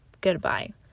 goodbye